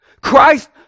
Christ